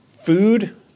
food